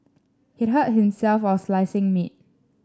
he hurt himself while slicing meat